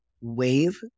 wave